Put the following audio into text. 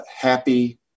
happy